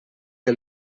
que